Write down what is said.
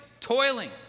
toiling